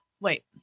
Wait